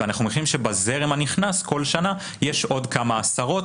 ואנחנו מניחים שבזרם הנכנס כל שנה יש עוד כמה עשרות,